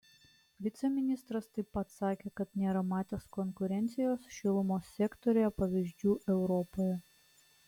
viceministras taip pat sakė kad nėra matęs konkurencijos šilumos sektoriuje pavyzdžių europoje